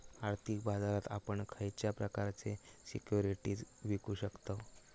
आर्थिक बाजारात आपण खयच्या प्रकारचे सिक्युरिटीज विकु शकतव?